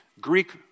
Greek